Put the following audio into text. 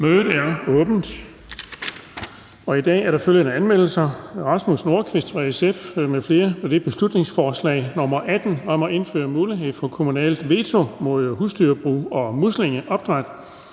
Mødet er åbnet. I dag er der følgende anmeldelser: Rasmus Nordqvist (SF) m.fl.: Beslutningsforslag nr. B 18 (Forslag til folketingsbeslutning om at indføre mulighed for kommunalt veto mod husdyrbrug og muslingeopdræt).